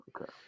Okay